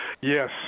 Yes